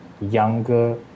younger